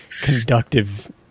Conductive